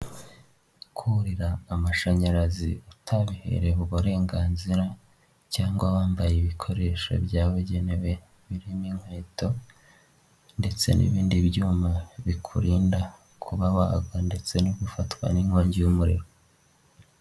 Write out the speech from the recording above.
Kurira amashanyarazi utabiherewe uburenganzira cyangwa wambaye ibikoresho byabagenewe birimo inkweto ndetse n'ibindi byuma bikurinda kuba wagwa ndetse no gufatwa nk'inkongi y'umuriro.